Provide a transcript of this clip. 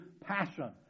passion